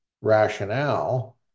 rationale